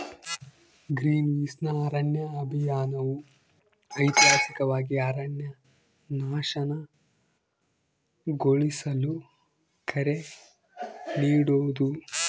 ಗ್ರೀನ್ಪೀಸ್ನ ಅರಣ್ಯ ಅಭಿಯಾನವು ಐತಿಹಾಸಿಕವಾಗಿ ಅರಣ್ಯನಾಶನ ಕೊನೆಗೊಳಿಸಲು ಕರೆ ನೀಡೋದು